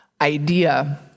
idea